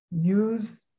use